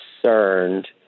concerned